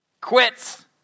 Quits